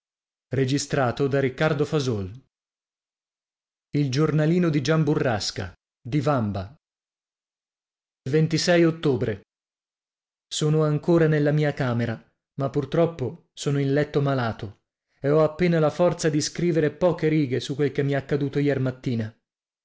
e io a io e ottobre sono ancora nella mia camera ma purtroppo sono in letto malato e ho appena la forza di scrivere poche righe su quel che mi è accaduto iermattina